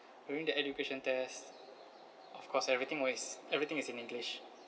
during the education test of course everything was everything is in english